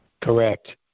Correct